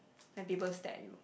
have people stare at you